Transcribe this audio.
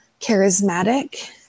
charismatic